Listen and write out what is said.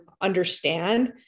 understand